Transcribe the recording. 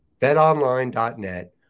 betonline.net